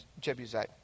Jebusite